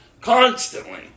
constantly